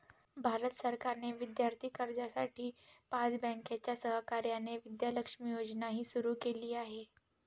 भारत सरकारने विद्यार्थी कर्जासाठी पाच बँकांच्या सहकार्याने विद्या लक्ष्मी योजनाही सुरू केली आहे